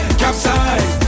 capsize